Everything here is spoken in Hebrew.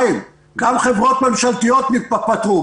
גם חברות ממשלתיות פטרו,